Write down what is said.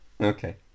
Okay